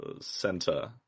center